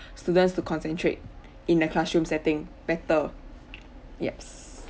students to concentrate in the classroom setting better yups